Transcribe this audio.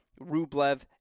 rublev